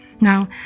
Now